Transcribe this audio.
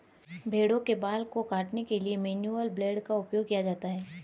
भेड़ों के बाल को काटने के लिए मैनुअल ब्लेड का उपयोग किया जाता है